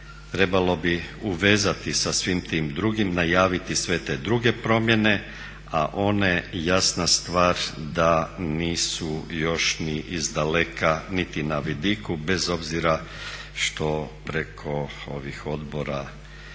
trebalo bi uvezati sa svim tim drugim, najaviti sve te druge promjene, a one jasna stvar da nisu još ni izdaleka niti na vidiku bez obzira što preko ovih odbora smo